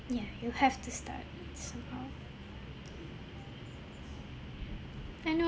yeah you'll have to start somehow I know